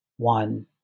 One